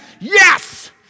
Yes